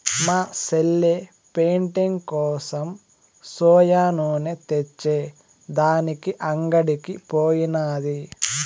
మా సెల్లె పెయింటింగ్ కోసం సోయా నూనె తెచ్చే దానికి అంగడికి పోయినాది